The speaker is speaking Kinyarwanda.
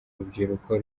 urubyiruko